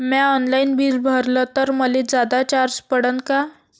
म्या online bill भरलं तर मले जादा चार्ज पडन का?